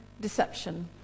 deception